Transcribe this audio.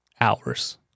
hours